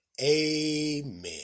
Amen